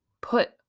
put